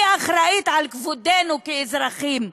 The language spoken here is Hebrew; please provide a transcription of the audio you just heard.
אני אחראית לכבודנו כאזרחים,